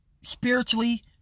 spiritually